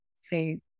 say